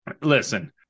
listen